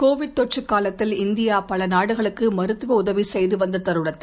Covid தொற்று காலத்தில் India பல நாடுகளுக்கு மருத்துவ உதவி செய்து வந்த தருணத்தில்